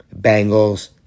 Bengals